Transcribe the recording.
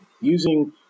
using